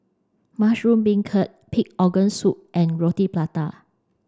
Mushroom Beancurd Pig Organ Soup and Roti Prata